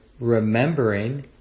remembering